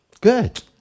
Good